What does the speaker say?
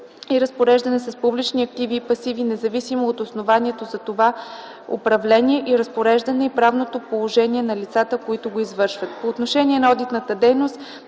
и разпореждане с публични активи и пасиви, независимо от основанието за това управление и разпореждане и правното положение на лицата, които го извършват.